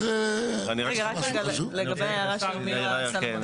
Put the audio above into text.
רגע, רק לגבי ההערה של מירה סלומון.